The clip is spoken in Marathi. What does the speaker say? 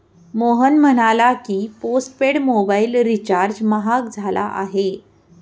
मोहन म्हणाला की, पोस्टपेड मोबाइल रिचार्ज महाग झाला आहे